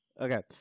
Okay